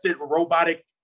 robotic